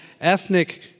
ethnic